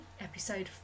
episode